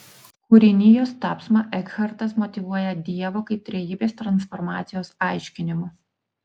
kūrinijos tapsmą ekhartas motyvuoja dievo kaip trejybės transformacijos aiškinimu